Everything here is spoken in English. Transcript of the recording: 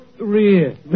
rear